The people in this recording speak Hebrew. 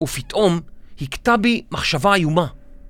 ופתאום הכתה בי מחשבה איומה.